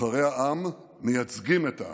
נבחרי העם מייצגים את העם.